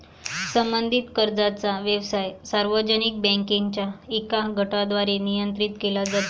संबंधित कर्जाचा व्यवसाय सार्वजनिक बँकांच्या एका गटाद्वारे नियंत्रित केला जातो